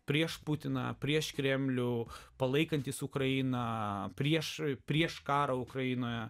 prieš putiną prieš kremlių palaikantys ukrainą priešai prieš karą ukrainoje